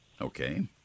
Okay